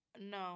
No